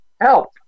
help